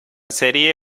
serie